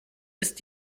ist